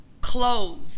clothes